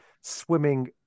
swimming